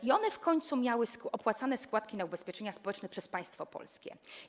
I one w końcu miały opłacane składki na ubezpieczenia społeczne przez państwo polskie.